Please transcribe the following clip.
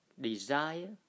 desire